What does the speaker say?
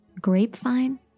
grapevine